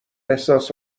احساس